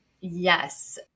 Yes